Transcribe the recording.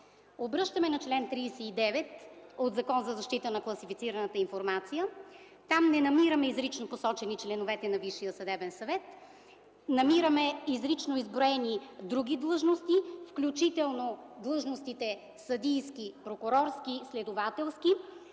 Обръщаме на чл. 39 от Закона за защита на класифицираната информация. Там не намираме изрично посочени членовете на Висшия съдебен съвет, намираме изрично изброени други длъжности включително длъжностите – съдийски, прокурорски, следователски,